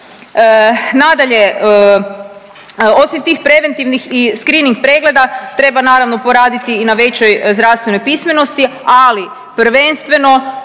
Nadalje, osim tih preventivnih i screening pregleda treba naravno poraditi i na većoj zdravstvenoj pismenosti, ali prvenstveno